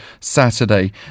Saturday